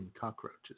cockroaches